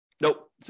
Nope